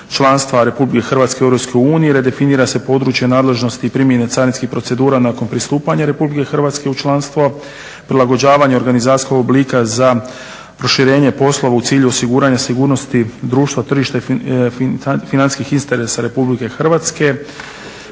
članstva RH u EU i redefinira se područje nadležnosti i primjene carinskih procedura nakon pristupanja RH u članstvo, prilagođavanje organizacijskog oblika za proširenje poslova u cilju osiguranja sigurnosti tržišta i financijskih interesa RH, te